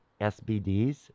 SBDs